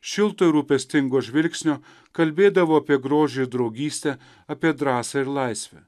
šilto ir rūpestingo žvilgsnio kalbėdavo apie grožį ir draugystę apie drąsą ir laisvę